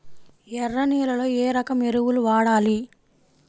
ఎర్ర నేలలో ఏ రకం ఎరువులు వాడాలి?